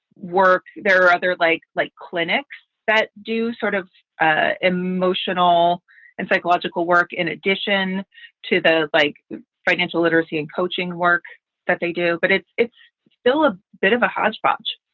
work. there are other like like clinics that do sort of ah emotional and psychological work in addition to those like financial literacy and coaching work that they do. but it's it's still a bit of a hodgepodge